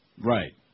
Right